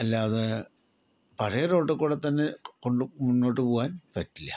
അല്ലാതെ പഴയറോഡിക്കൂടെ തന്നെ കൊണ്ട് മുന്നോട്ട് പോവാൻ പറ്റില്ല